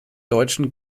deutschen